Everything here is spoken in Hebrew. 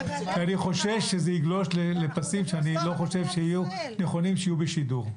חושש שזה יגלוש לפסים שאני לא חושב שיהיה נכון שיהיו בשידור.